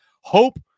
hope